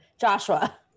Joshua